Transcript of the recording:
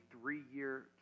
three-year